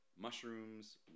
Mushrooms